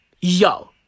Yo